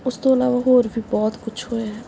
ਉਸ ਤੋਂ ਇਲਾਵਾ ਹੋਰ ਵੀ ਬਹੁਤ ਕੁਛ ਹੋਇਆ